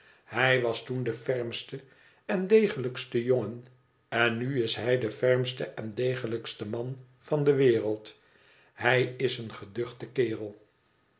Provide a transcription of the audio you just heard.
hij was toen de fermste en degelijkste jongen en nu is hij de fermste en degelijkste man van de wereld hij is een geduchte kerel